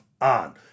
on